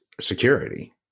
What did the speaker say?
security